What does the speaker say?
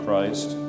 Christ